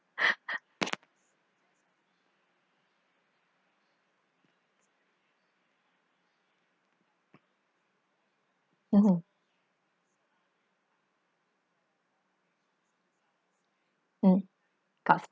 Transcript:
mm mm tough